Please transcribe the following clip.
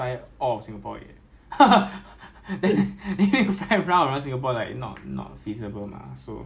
ya 因为 armour we go Germany the purpose of going Germany is so that we can drive and fire at the same time